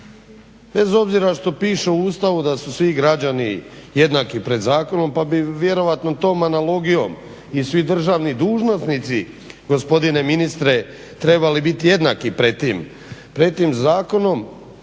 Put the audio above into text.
bez obzira što piše u Ustavu da su svi građani jednaki pred zakonom pa bi vjerojatno tom analogijom i svi državni dužnosnici gospodine ministre trebali biti jednaki pred tim zakonom.